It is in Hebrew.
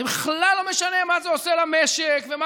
זה בכלל לא משנה מה זה עושה למשק ומה